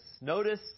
Notice